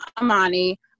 Amani